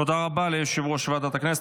תודה רבה ליושב-ראש ועדת הכנסת,